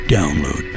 Download